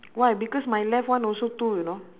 why because my left one also two you know